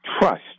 trust